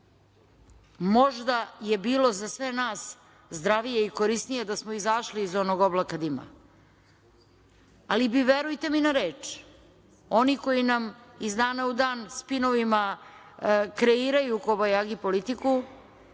Možda je bilo za sve nas zdravije i korisnije da smo izašli iz onog oblaka dima, ali bi verujte mi na reč, oni koji nam iz dana u dan spinovima kreiraju kobajagi politiku,